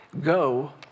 go